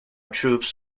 troops